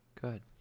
Good